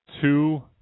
two